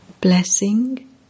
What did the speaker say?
Blessing